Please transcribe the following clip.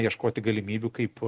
ieškoti galimybių kaip